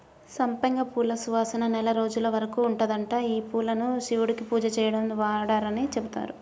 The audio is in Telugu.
సంపెంగ పూల సువాసన నెల రోజుల వరకు ఉంటదంట, యీ పూలను శివుడికి పూజ చేయడంలో వాడరని చెబుతారు